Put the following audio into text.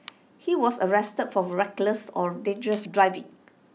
he was arrested for reckless or dangerous driving